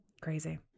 Crazy